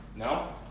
No